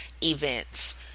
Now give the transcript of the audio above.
events